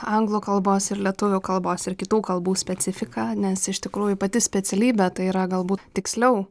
anglų kalbos ir lietuvių kalbos ir kitų kalbų specifika nes iš tikrųjų pati specialybė tai yra galbūt tiksliau